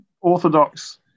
orthodox